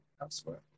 elsewhere